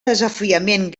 desafiament